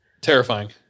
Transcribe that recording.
Terrifying